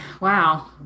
Wow